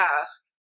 ask